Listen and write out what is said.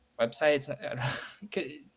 websites